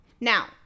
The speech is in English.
Now